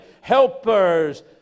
helpers